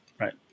right